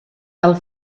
tal